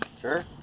Sure